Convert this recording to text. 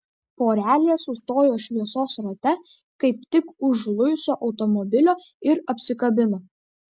porelė sustojo šviesos rate kaip tik už luiso automobilio ir apsikabino